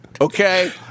Okay